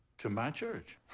to my church?